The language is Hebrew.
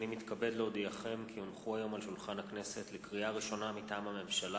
אני מתכבד לפתוח את ישיבת הכנסת הראשונה לשבוע זה.